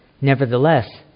Nevertheless